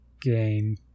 game